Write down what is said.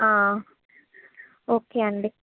okay అండి